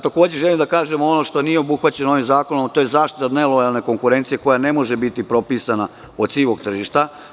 Takođe želim da kažem ono što nije obuhvaćeno ovim zakonom, a to je zaštita od nelojalne konkurencije koja ne može biti propisana od sivog tržišta.